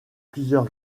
plusieurs